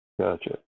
Gotcha